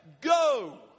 Go